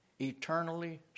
Eternally